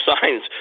signs